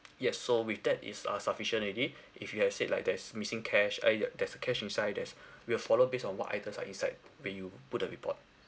yes so with that is uh sufficient already if you had said like there's missing cash uh ya there's a cash inside as we will follow based on what items are inside where you put a report